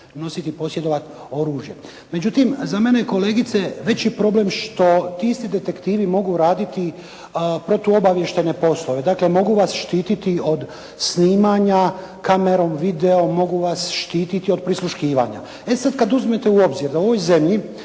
nositi i posjedovati oružje. Međutim, za mene kolegice je veći problem što ti isti detektivi mogu raditi protuobavještajne poslove, dakle mogu vas štititi od snimanja kamerom, videom mogu vas štititi od prisluškivanja. E sada kada uzmete u obzir da u ovoj zemlji